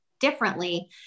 differently